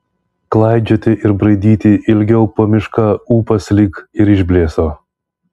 klaidžioti ir braidyti ilgiau po mišką ūpas lyg ir išblėso